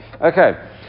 Okay